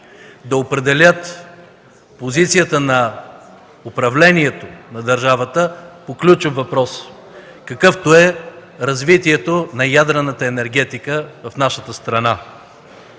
да определят позицията на управлението на държавата по ключов въпрос, какъвто е развитието на ядрената енергетика в нашата страна.